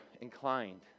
inclined